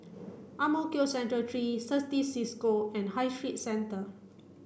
Ang Mo Kio Central three Certis Cisco and High Street Centre